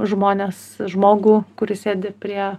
žmones žmogų kuris sėdi prie